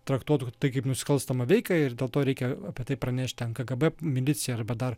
traktuotų tai kaip nusikalstamą veiką ir dėl to reikia apie tai pranešti ten kbg milicijai arba dar